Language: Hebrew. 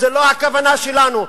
זו לא הכוונה שלנו.